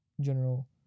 general